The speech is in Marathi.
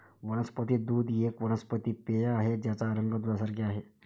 वनस्पती दूध एक वनस्पती पेय आहे ज्याचा रंग दुधासारखे आहे